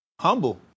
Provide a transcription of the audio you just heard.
Humble